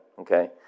Okay